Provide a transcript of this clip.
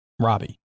Robbie